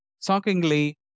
Shockingly